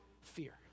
fear